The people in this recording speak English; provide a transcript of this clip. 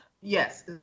Yes